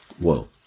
Whoa